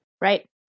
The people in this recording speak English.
Right